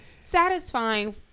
satisfying